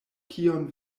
kion